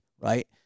right